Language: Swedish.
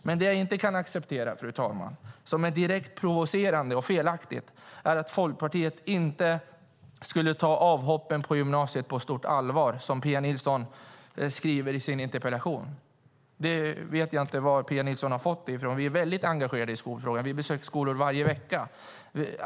Men det som jag inte, fru talman, kan acceptera och som är direkt provocerande och felaktigt är att Folkpartiet inte skulle ta avhoppen på gymnasiet på stort allvar, som Pia Nilsson skriver i sin interpellation. Jag vet inte varifrån Pia Nilsson har fått det. Vi är väldigt engagerade i skolfrågan och besöker skolor varje vecka.